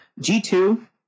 G2